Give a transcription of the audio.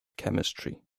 chemistry